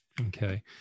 Okay